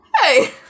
Hey